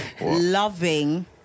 loving